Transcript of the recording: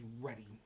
ready